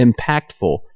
impactful